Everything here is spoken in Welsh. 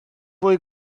fwy